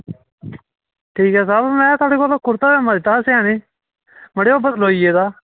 ठीक ऐ साहब में तुंदे कोल कुरता पाजामा दित्ता हा सेआनै गी मड़ेओ ओह् बदलोई गेदा